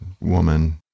woman